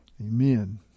Amen